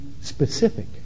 specific